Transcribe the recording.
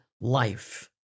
life